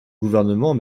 gouvernement